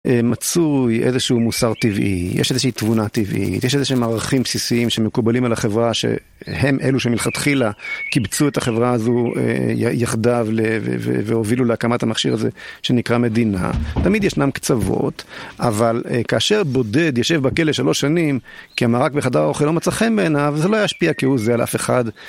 מצוי איזשהו מוסר טבעי, יש איזושהי תבונה טבעית, יש איזה שהם ערכים בסיסיים שמקובלים על החברה שהם אלו שמלכתחילה קיבצו את החברה הזו יחדיו והובילו להקמת המכשיר הזה שנקרא מדינה. תמיד ישנם קצוות, אבל כאשר בודד יושב בכלא שלוש שנים כי המרק בחדר האוכל לא מצא חן בעיניו, זה לא ישפיע כי הוא זה על אף אחד.